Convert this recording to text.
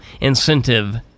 incentive